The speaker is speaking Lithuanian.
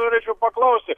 norėčiau paklausti